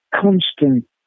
constant